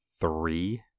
three